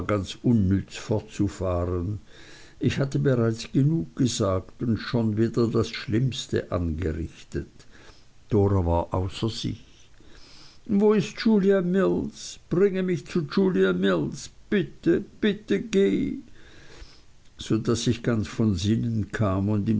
ganz unnütz fortzufahren ich hatte bereits genug gesagt und schon wieder das schlimmste angerichtet dora war außer sich wo ist julia mills bringe mich zu julia mills bitte bitte geh so daß ich ganz von sinnen kam und